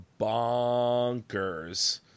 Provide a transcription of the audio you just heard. bonkers